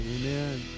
Amen